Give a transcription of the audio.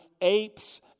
apes